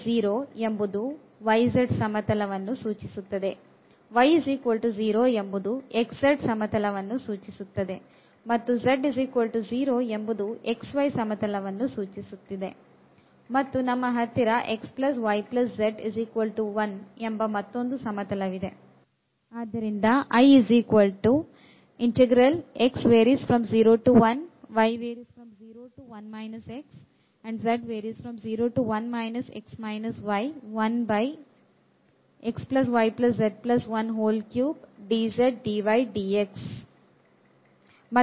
x0 ಎಂಬುದು yz ಸಮತಲವನ್ನು ಸೂಚಿಸುತ್ತದೆ y 0 ಎಂಬುದು xz ಸಮತಲವನ್ನು ಸೂಚಿಸುತ್ತದೆ ಮತ್ತು z 0 ಎಂಬುದು xy ಸಮತಲವನ್ನು ಸೂಚಿಸುತ್ತದೆ ಮತ್ತು ನಮ್ಮ ಹತ್ತಿರ xyz1 ಎಂಬ ಮತ್ತೊಂದು ಸಮತಲವಿದೆ